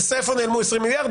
אז איפה נעלמו עשרים מיליארד.